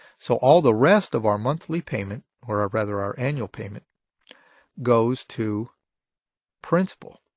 so all the rest of our monthly payment, or rather our annual payment goes to principal.